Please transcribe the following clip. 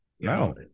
No